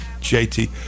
JT